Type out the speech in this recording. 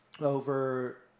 over